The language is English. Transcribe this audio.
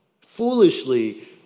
foolishly